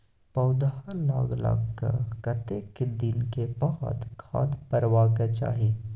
पौधा लागलाक कतेक दिन के बाद खाद परबाक चाही?